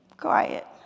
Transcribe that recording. Quiet